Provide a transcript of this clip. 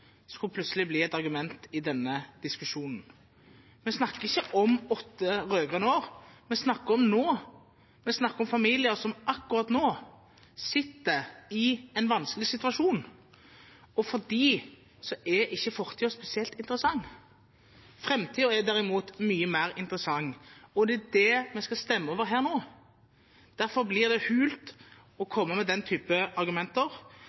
snakker om nå. Vi snakker om familier som akkurat nå er i en vanskelig situasjon, og for dem er ikke fortiden spesielt interessant. Framtiden er derimot mye mer interessant, og det er det vi skal stemme over her nå. Derfor blir det hult å komme med den typen argumenter,